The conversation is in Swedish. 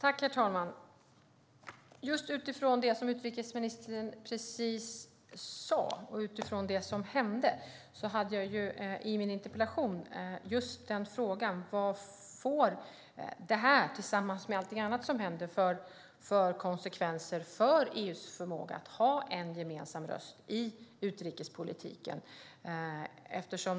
Herr talman! Utifrån det som utrikesministern precis sa och det som hände ställde jag i min interpellation just frågan vad detta, tillsammans med allt annat som händer, får för konsekvenser för EU:s förmåga att ha en gemensam röst i utrikespolitiken.